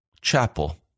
chapel